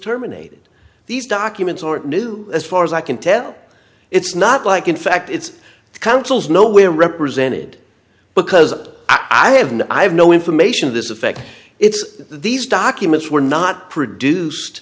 terminated these documents or new as far as i can tell it's not like in fact it's the council's no we're represented because i have no i have no information of this effect it's these documents were not produced